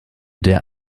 der